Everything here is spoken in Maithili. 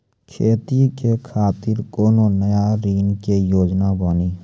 खेती के खातिर कोनो नया ऋण के योजना बानी?